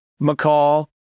McCall